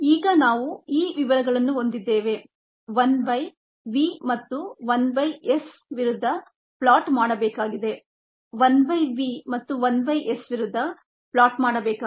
ಈಗ ನಾವು ಈ ವಿವರಗಳನ್ನು ಹೊಂದಿದ್ದೇವೆ 1 by v ಮತ್ತು 1 by s ವಿರುದ್ಧ ಫ್ಲೋಟ್ ಮಾಡಬೇಕಾಗಿದೆ